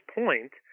point